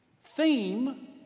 theme